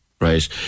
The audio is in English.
Right